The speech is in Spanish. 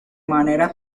manera